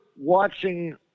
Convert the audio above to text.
watching